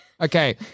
Okay